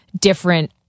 different